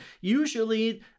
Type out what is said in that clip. Usually